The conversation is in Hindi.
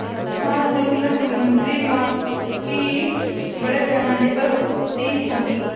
मालदीव में समुद्री मात्स्यिकी बड़े पैमाने पर होती होगी